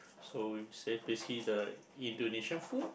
so we say basically the Indonesian food